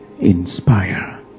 inspire